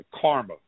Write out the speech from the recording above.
karma